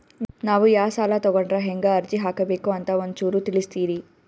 ನಾವು ಯಾ ಸಾಲ ತೊಗೊಂಡ್ರ ಹೆಂಗ ಅರ್ಜಿ ಹಾಕಬೇಕು ಅಂತ ಒಂಚೂರು ತಿಳಿಸ್ತೀರಿ?